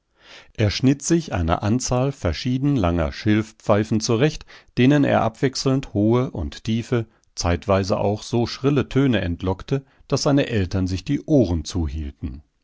er schnitt sich eine anzahl verschieden langer schilfpfeifen zurecht denen er abwechselnd hohe und tiefe zeitweise auch so schrille töne entlockte daß seine eltern sich die ohren zuhielten